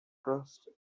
trust